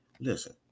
Listen